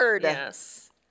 Yes